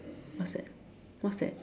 what's that what's that